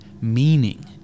meaning